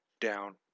down